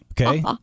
Okay